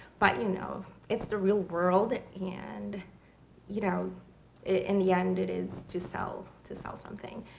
but you know it's the real world, and you know in the end it is to sell to sell something.